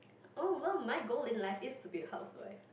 oh well my goal in life is to be a housewife